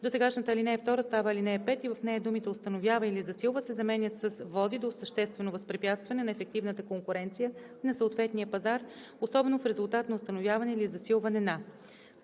Досегашната ал. 2 става ал. 5 и в нея думите „установява или засилва“ се заменят с „води до съществено възпрепятстване на ефективната конкуренция на съответния пазар, особено в резултат на установяване или засилване на“.“